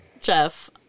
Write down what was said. Jeff